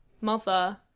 mother